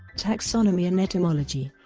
taxonomy and etymology